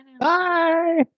Bye